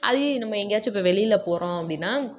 அது நம்ம எங்கேயாச்சும் இப்போ வெளியில் போகிறோம் அப்படின்னா